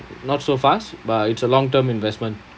not so fast but it's a long term investment